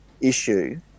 issue